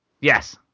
Yes